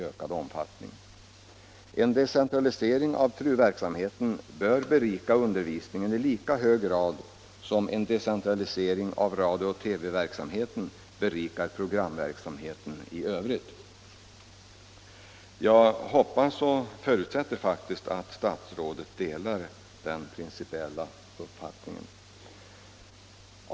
En decentralisering av TRU-verksamheten bör berika undervisningen i lika hög grad som en decentralisering av radiooch TV-verksamheten berikar programverksamheten i övrigt. Jag hoppas och förutsätter faktiskt att statsrådet delar den principiella uppfattningen.